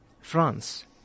France